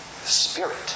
Spirit